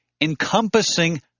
encompassing